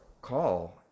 call